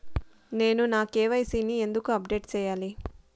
నేను నా కె.వై.సి ని ఎందుకు అప్డేట్ చెయ్యాలి?